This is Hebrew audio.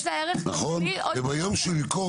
יש לה ערך כלכלי ביום שנמכור